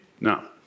no